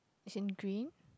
is in green